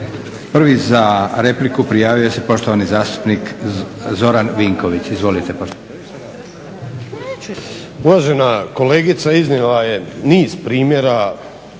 Prvi za repliku prijavio se poštovani zastupnik Zoran Vinković. Izvolite. **Vinković, Zoran (HDSSB)** Uvažena kolegica iznijela je niz primjera